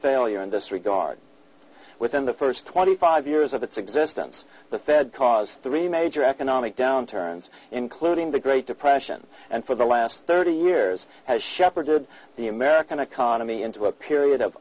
failure in this regard within the first twenty five years of its existence the fed cause three major economic downturns including the great depression and for the last thirty years has shepherded the american economy into a period of